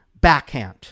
backhand